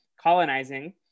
colonizing